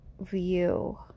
view